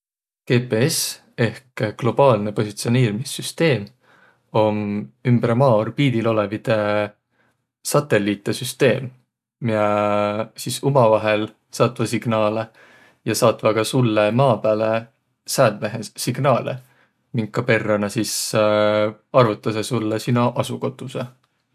GPS ehk globaalnõ positsioniirmise süsteem om ümbre maa olõvidõ satelliitõ süsteem, miä sis umavaihõl saatvaq signaalõ ja saatvaq ka sullõ maa pääle säädmehe signaalõ, minka perrä nä sis arvutasõq sullõ sino asukotusõ.